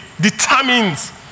determines